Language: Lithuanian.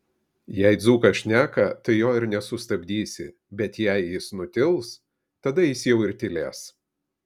jei dzūkas šneka tai jo ir nesustabdysi bet jei jis nutils tada jis jau ir tylės